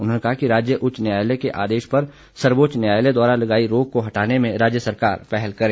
उन्होंने कहा कि राज्य उच्च न्यायालय के आदेश पर सर्वोच्च न्यायालय द्वारा लगाई रोक को हटाने में राज्य सरकार पहल करे